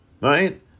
Right